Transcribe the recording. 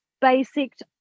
basic